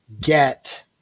get